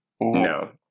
No